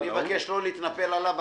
אני מבקש לא להתנפל עליו.